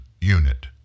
unit